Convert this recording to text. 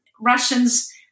Russians